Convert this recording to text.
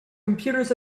computers